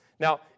Now